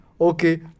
okay